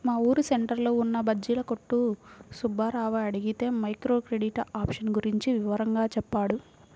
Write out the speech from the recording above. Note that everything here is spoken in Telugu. మా ఊరు సెంటర్లో ఉన్న బజ్జీల కొట్టు సుబ్బారావుని అడిగితే మైక్రో క్రెడిట్ ఆప్షన్ గురించి వివరంగా చెప్పాడు